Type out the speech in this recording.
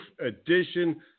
Edition